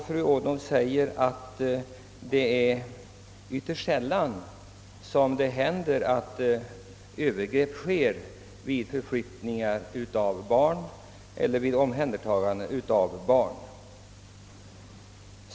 Fru Odhnoff säger att övergrepp ytterst sällan sker vid förflyttningar eller vid omhändertagande av barn. Så är dock tyvärr fallet.